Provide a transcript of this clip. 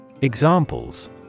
Examples